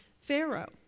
Pharaoh